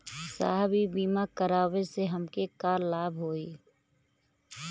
साहब इ बीमा करावे से हमके का लाभ होई?